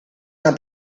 una